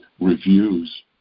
reviews